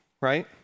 right